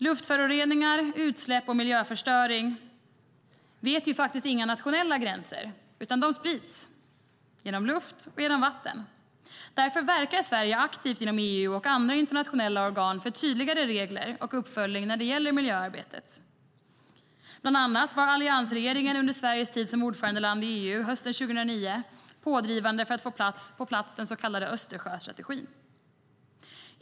Luftföroreningar, utsläpp och miljöförstöring vet ju inga nationella gränser, utan de sprids genom luft och genom vatten. Därför verkar Sverige aktivt inom EU och andra internationella organ för tydligare regler och uppföljning när det gäller miljöarbetet. Bland annat var alliansregeringen under Sveriges tid som ordförandeland i EU hösten 2009 pådrivande för att få på plats den så kallade Östersjöstrategin.